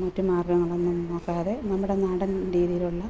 മറ്റ് മാർഗ്ഗങ്ങളൊന്നും നോക്കാതെ നമ്മുടെ നാടൻ രീതിയിലുള്ള